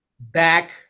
back